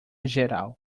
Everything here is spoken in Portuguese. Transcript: geral